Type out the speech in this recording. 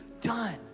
done